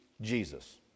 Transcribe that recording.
Jesus